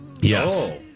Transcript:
Yes